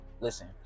Listen